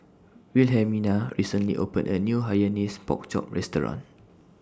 Wilhelmina recently opened A New Hainanese Pork Chop Restaurant